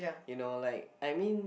you know like I mean